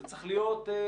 מוסד כזה צריך להיות קבוע,